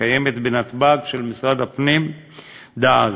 של משרד הפנים שהייתה קיימת בנתב"ג דאז.